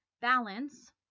balance